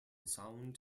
sound